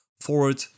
forward